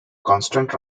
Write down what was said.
constant